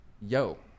yo